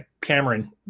Cameron